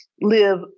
live